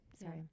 Sorry